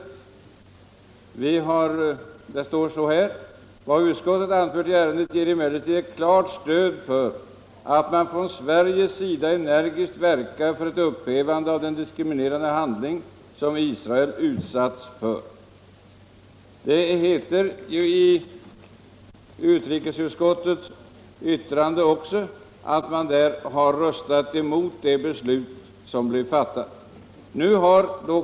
Och då står det i vårt betänkande så här: ”Vad utrikesutskottet anfört i ärendet ger emellertid ett klart stöd för att man från Sveriges sida energiskt verkar för ett upphävande av den diskriminerande behandling som Israel utsatts för.” I utrikesutskottets betänkande står också att man har röstat emot det beslut som fattades.